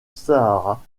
sahara